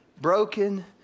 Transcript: broken